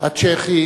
הצ'כי